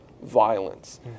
violence